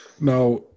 now